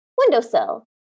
windowsill